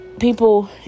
people